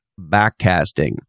backcasting